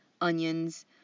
onions